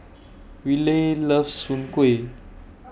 Riley loves Soon Kway